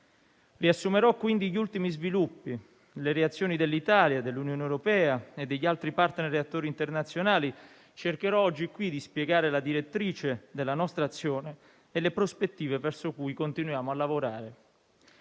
Riassumerò quindi gli ultimi sviluppi e le reazioni dell'Italia, dell'Unione europea e degli altri *partner* e attori internazionali. Cercherò oggi qui di spiegare la direttrice della nostra azione e le prospettive verso cui continuiamo a lavorare.